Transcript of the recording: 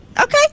Okay